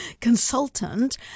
consultant